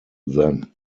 then